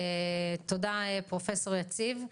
תודה, פרופ' יציב.